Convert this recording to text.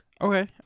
Okay